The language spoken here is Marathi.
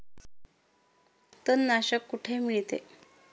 तणनाशक कुठे मिळते?